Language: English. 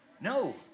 No